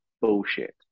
bullshit